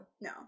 No